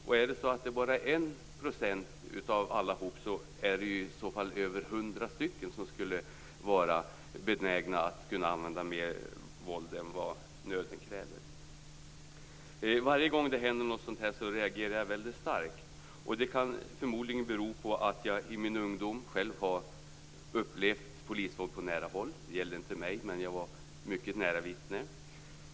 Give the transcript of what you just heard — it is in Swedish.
Även om det bara är 1 % av allihop som är benägna att använda mer våld än vad nöden kräver är det i så fall över 100 stycken. Varje gång det händer någonting sådant här reagerar jag väldigt starkt. Det kan förmodligen bero på att jag i min ungdom själv har upplevt polisvåld på nära håll. Det gällde inte mig, men jag var mycket nära vittne.